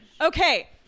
okay